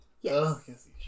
Yes